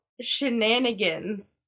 Shenanigans